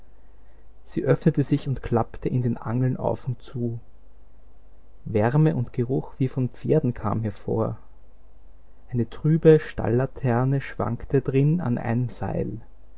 sie öffnete sich und klappte in den angeln auf und zu wärme und geruch wie von pferden kam hervor eine trübe stallaterne schwankte drin an einem seil